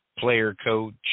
player-coach